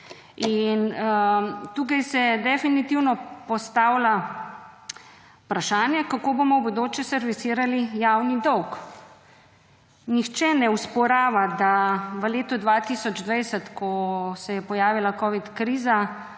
tukaj se definitivno postavlja vprašanje, kako bomo v bodoče servisirali javni dolg. Nihče ne osporava, da v letu 2020, ko se je pojavila covid kriza,